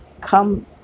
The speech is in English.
come